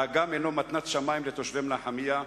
האגם הוא מתנת שמים לתושבי מנחמיה,